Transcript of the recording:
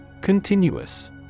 Continuous